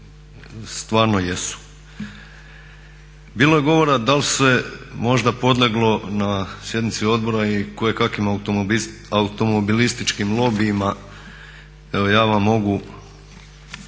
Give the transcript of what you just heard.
stvarno jesu. Bilo je govora da li se možda podleglo na sjednici odbora i kojekakvim automobilističkim lobijima. Evo ja vam mogu